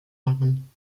machen